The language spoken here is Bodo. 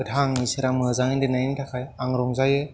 गोथाङै इसोरा मोजाङै दोन्नायनि थाखाय आं रंजायो